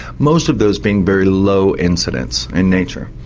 most of those being very low incidence in nature.